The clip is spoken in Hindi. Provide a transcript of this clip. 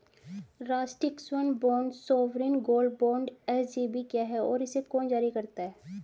राष्ट्रिक स्वर्ण bond sovereign gold bond SGB क्या है और इसे कौन जारी करता है?